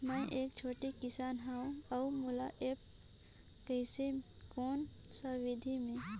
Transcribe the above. मै एक छोटे किसान हव अउ मोला एप्प कइसे कोन सा विधी मे?